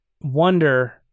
wonder